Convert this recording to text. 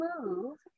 move